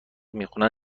میخونن